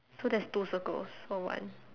so that's two circles or one